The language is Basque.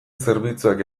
zerbitzuak